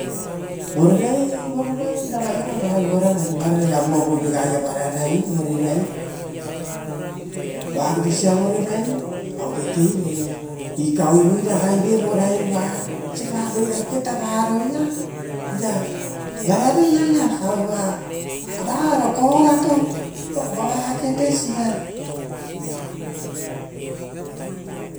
Vorerai vorerai ragaia vao vo avuavaove gaeia vararai. Vorerai vaketesa vorerai aueva kekeivoi ikauivoi ragai iare vorai va osipa roira keketa varosia ira varoroi aia rava korato vaketesa.